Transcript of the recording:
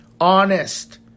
honest